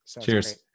Cheers